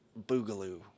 boogaloo